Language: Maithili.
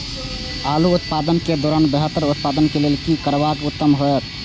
आलू उत्पादन के दौरान बेहतर उत्पादन के लेल की करबाक उत्तम होयत?